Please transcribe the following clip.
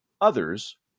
others